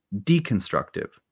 deconstructive